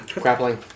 Grappling